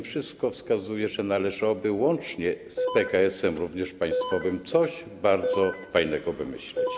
Wszystko wskazuje, że należałoby łącznie z PKS, również państwowym, coś bardzo fajnego wymyślić.